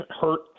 hurt